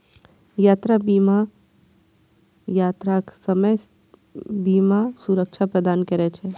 यात्रा बीमा यात्राक समय बीमा सुरक्षा प्रदान करै छै